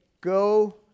go